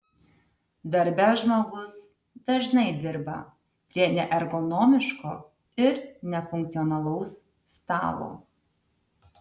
darbe žmogus dažnai dirba prie neergonomiško ir nefunkcionalaus stalo